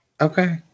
Okay